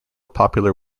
popular